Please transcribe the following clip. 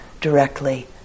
directly